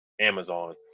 Amazon